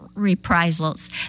Reprisals